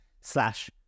slash